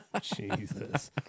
Jesus